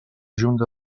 junta